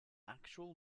actual